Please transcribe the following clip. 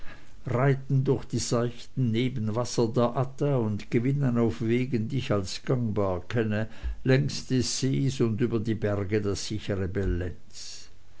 reiten durch die seichten nebenwasser der adda und gewinnen auf wegen die ich als gangbar kenne längs des sees und über die berge das sichere bellenz